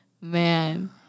man